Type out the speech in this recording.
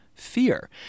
fear